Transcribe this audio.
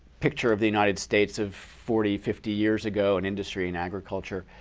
picture of the united states of forty, fifty years ago in industry and agriculture.